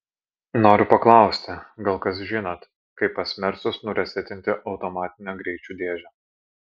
noriu paklausti gal kas žinot kaip pas mersus nuresetinti automatinę greičių dėžę